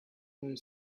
her